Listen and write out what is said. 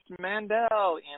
Mandel